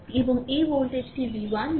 এবং এই ভোল্টেজটি v1 মানে